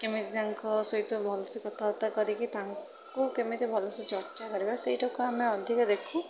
କେମିତି ତାଙ୍କ ସହିତ ଭଲସେ କଥାବାର୍ତ୍ତା କରିକି ତାଙ୍କୁ କେମିତି ଭଲସେ ଚର୍ଚ୍ଚା କରିବା ସେଇଟାକୁ ଆମେ ଅଧିକା ଦେଖୁ